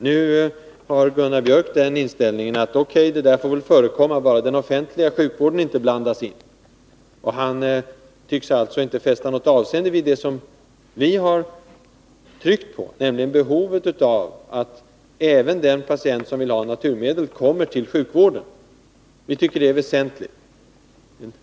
Nu har Gunnar Biörck den inställningen att O.K., det där får väl förekomma, bara den offentliga sjukvården inte blandas in. Han tycks alltså inte fästa något avseende vid det som vi har tryckt på, nämligen behovet av att även den patient som vill ha naturmedel kommer till sjukvården. Vi tycker det är väsentligt.